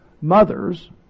mothers